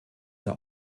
der